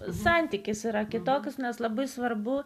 santykis yra kitokios nes labai svarbu